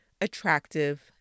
attractive